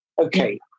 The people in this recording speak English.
Okay